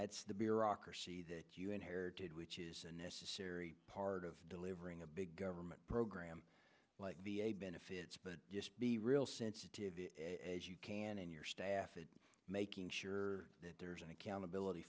that's the bureaucracy that you inherited which is a necessary part of delivering a big government program like v a benefits but the real sensitive as you can and your staff is making sure that there's an accountability